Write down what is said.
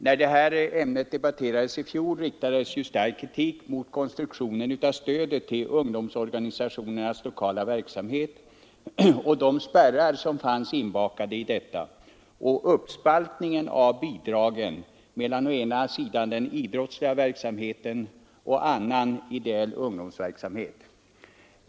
När det här ämnet debatterades i fjol riktades stark kritik mot konstruktionen av stödet till ungdomsorganisationernas lokala verksamhet och de spärrar som fanns inbakade i denna samt uppspaltningen av bidragen mellan den idrottsliga verksamheten och annan ideell ungdomsverksamhet.